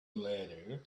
letter